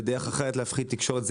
ודרך אחרת להפחיד תקשורת,